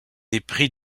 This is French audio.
épris